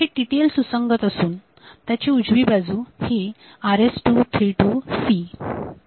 ही TTL सुसंगत असून त्याची उजवी बाजू ही RS232 C शी सुसंगत असते